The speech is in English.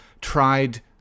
tried